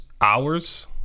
hours